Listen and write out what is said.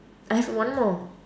I have one more